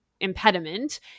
impediment